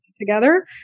together